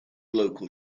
local